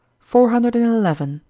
four hundred and eleven.